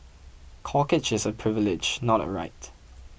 corkage is a privilege not a right